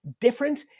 different